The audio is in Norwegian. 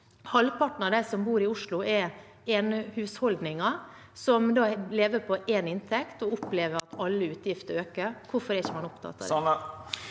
Halvparten av dem som bor i Oslo, bor i enehusholdninger. De lever på én inntekt og opplever at alle utgifter øker. Hvorfor er man ikke opptatt av det?